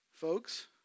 Folks